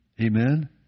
Amen